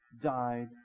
died